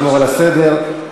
שמעת מה הוא אמר?